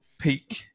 peak